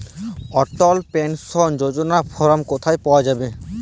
অটল pension যোজনার form কোথায় পাওয়া যাবে?